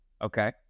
Okay